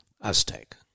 Aztec